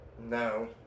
No